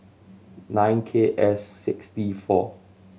nine K S six T four